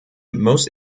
most